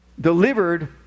delivered